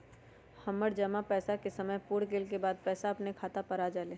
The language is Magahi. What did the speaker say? हमर जमा पैसा के समय पुर गेल के बाद पैसा अपने खाता पर आ जाले?